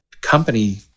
company